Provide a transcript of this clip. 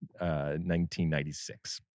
1996